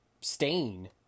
stain